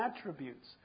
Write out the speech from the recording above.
attributes